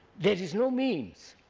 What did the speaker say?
there is no means.